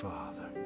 Father